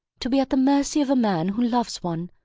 to be at the mercy of a man who loves one,